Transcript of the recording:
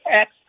ex